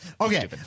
Okay